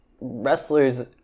wrestlers